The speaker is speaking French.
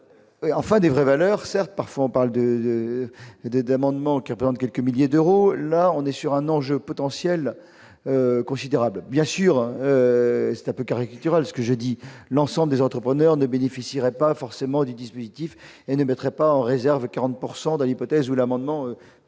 enfin des vraies valeurs, certes, parfois on parle de d'amendements qui prendre quelques milliers d'euros là on est sur un enjeu potentiel considérable, bien sûr, c'est un peu caricatural ce que je dis, l'ensemble des entrepreneurs ne bénéficieraient pas forcément du dispositif et ne mettrait pas en réserve 40 pourcent dans l'hypothèse où l'amendement